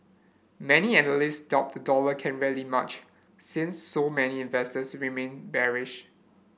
many analysts doubt the dollar can rally much since so many investors remain bearish